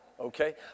Okay